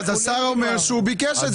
השר אומר שהוא ביקש את זה.